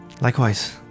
Likewise